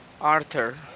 Arthur